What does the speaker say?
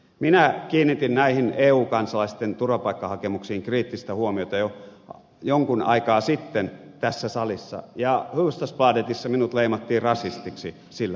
minä kiinnitin näihin eu kansalaisten turvapaikkahakemuksiin kriittistä huomiota jo jonkun aikaa sitten tässä salissa ja hufvudstadsbladetissa minut leimattiin rasistiksi sillä perusteella